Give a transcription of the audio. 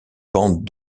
bandes